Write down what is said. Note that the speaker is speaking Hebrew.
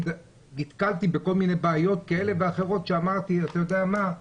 נתקלתי בכל מיני בעיות כאלה ואחרות ואמרתי: אתה יודע מה?